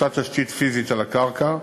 אותה תשתית פיזית על הקרקע,